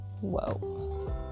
whoa